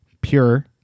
pure